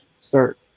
start